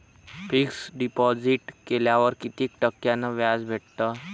Fix deposit केल्यावर कितीक टक्क्यान व्याज भेटते?